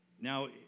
Now